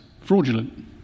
fraudulent